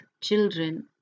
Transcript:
children